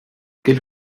quelle